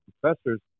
professors